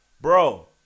Bro